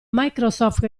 microsoft